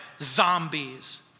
zombies